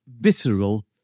visceral